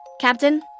captain